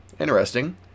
Interesting